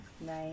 Nice